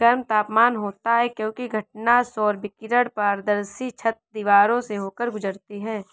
गर्म तापमान होता है क्योंकि घटना सौर विकिरण पारदर्शी छत, दीवारों से होकर गुजरती है